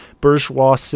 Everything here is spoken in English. bourgeois